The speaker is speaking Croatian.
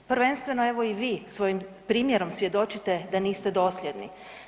Prvenstveno evo i vi svojim primjerom svjedočite da niste dosljedni.